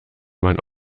man